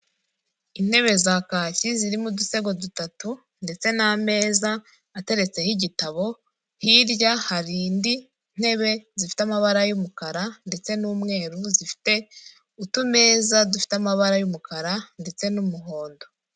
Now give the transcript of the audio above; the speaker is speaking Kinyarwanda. Intebe za kaki zirimo udusego dutatu ndetse n'ameza ateretse ho igitabo, hirya hari indi ntebe zifite amabara y'umukara ndetse n'umweru zifite utumeza dufite amabara y'umukara ndetse n'umuhondo.